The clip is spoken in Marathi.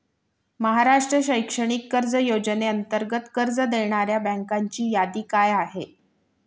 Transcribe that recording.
महाराष्ट्र शैक्षणिक कर्ज योजनेअंतर्गत कर्ज देणाऱ्या बँकांची यादी काय आहे?